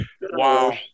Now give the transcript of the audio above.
wow